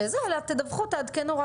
אלא תדווחו ותעדכנו.